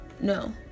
No